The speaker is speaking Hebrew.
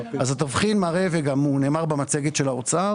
התבחין מראה וגם נאמר במצגת של האוצר